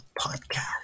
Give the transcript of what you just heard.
podcast